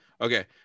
Okay